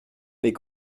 mes